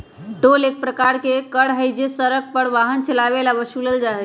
toll एक प्रकार के कर हई जो हम सड़क पर वाहन चलावे ला वसूलल जाहई